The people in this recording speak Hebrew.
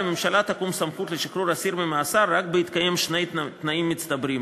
לממשלה תקום סמכות לשחרור אסיר ממאסר רק בהתקיים שני תנאים מצטברים.